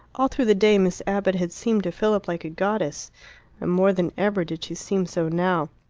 all through the day miss abbott had seemed to philip like a goddess, and more than ever did she seem so now.